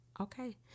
Okay